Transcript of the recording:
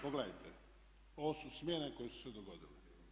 Pogledajte, ovo su smjene koje su se dogodile.